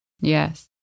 yes